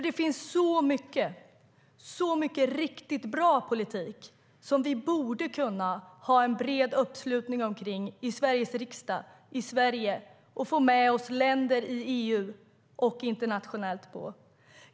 Det finns så mycket riktigt bra politik som vi borde kunna ha en bred uppslutning omkring i Sveriges riksdag och i Sverige och där vi borde kunna få med oss länder i EU och internationellt.